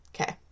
Okay